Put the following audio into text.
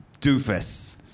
Doofus